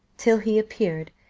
till he appeared,